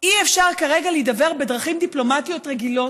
אי-אפשר כרגע להידבר בדרכים דיפלומטיות רגילות.